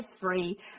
free